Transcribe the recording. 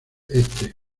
este